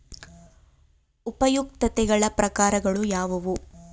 ಉಪಯುಕ್ತತೆಗಳ ಪ್ರಕಾರಗಳು ಯಾವುವು?